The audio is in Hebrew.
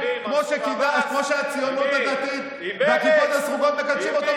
כמו שהציונות הדתית והכיפות הסרוגות מקדשים אותו,